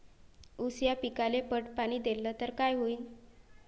ऊस या पिकाले पट पाणी देल्ल तर काय होईन?